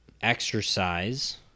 exercise